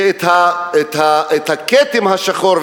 שהכתם השחור,